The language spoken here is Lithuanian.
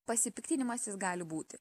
pasipiktinimas jis gali būti